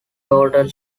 daughter